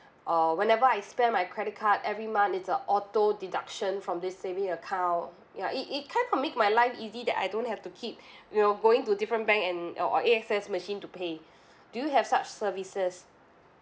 uh whenever I spend my credit card every month it's a auto deduction from this saving account you know it it kind of make my life easy that I don't have to keep you know going to different bank and or or A_X_S machine to pay do you have such services